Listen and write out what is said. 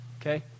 Okay